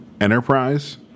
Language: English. Enterprise